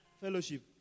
fellowship